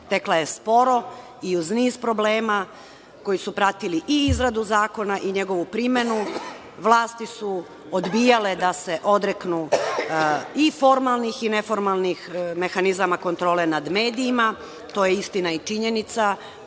tekla je sporo i uz niz problema koji su pratili i izradu zakona i njegovu primenu vlasti su odbijale da se odreknu i formalnih i neformalnih mehanizama kontrole nad medijima, to je istina i činjenica